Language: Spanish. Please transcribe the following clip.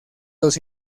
los